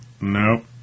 nope